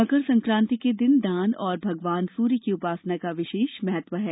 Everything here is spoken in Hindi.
मकर सकांति के दिन दान और भगवान सूर्य की उपासना का विशेष महत्व है